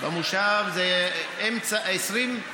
במושב זה אמצע, 20,